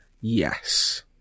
Yes